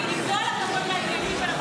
עם כל הכבוד לעניינים.